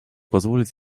позволить